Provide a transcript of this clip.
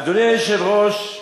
אדוני היושב-ראש,